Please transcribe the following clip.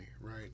right